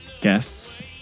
guests